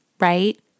right